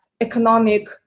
economic